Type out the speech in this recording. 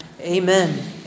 Amen